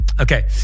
Okay